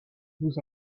vous